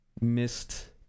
missed